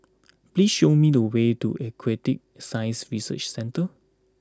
please show me the way to Aquatic Science Research Centre